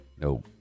No